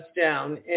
down